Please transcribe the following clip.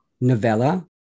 novella